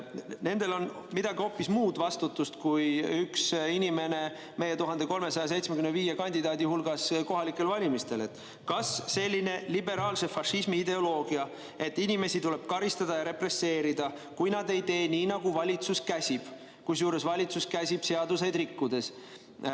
Nendel on hoopis muu vastutus kui üks inimene meie 1375 kandidaadi hulgas kohalikel valimistel. Kas selline liberaalse fašismi ideoloogia, et inimesi tuleb karistada ja represseerida, kui nad ei tee nii, nagu valitsus käsib, kusjuures valitsus käsib seadusi rikkudes,